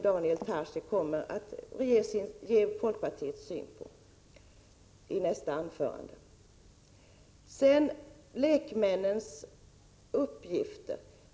Daniel Tarschys kommer att ge folkpartiets syn på detta i sitt anförande. Så till lekmännens uppgifter.